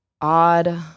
odd